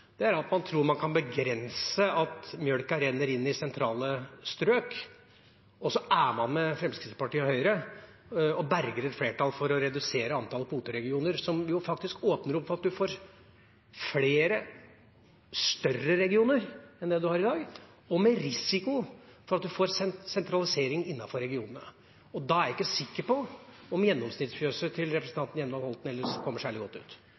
melkeproduksjon, er at man tror man kan begrense at melka renner inn i sentrale strøk, og så er man med Fremskrittspartiet og Høyre og berger et flertall for å redusere antall kvoteregioner, som faktisk åpner opp for at man får flere større regioner enn det vi har i dag, og med risiko for at man får en sentralisering innenfor regionene. Da er jeg ikke sikker på om gjennomsnittsfjøset til representanten Hjemdal kommer særlig godt ut.